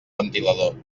ventilador